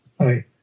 Hi